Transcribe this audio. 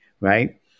Right